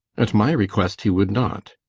at my request he would not.